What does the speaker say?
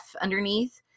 underneath